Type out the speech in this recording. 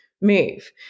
Move